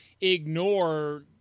ignore